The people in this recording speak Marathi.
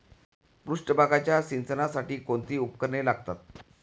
पृष्ठभागाच्या सिंचनासाठी कोणती उपकरणे लागतात?